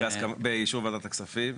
באישור וועדת הכספים.